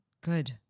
Good